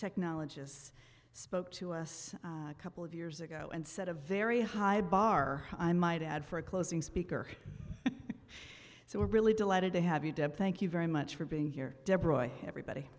technologist spoke to us a couple of years ago and set a very high bar i might add for a closing speaker so we're really delighted to have you deb thank you very much for being here deborah everybody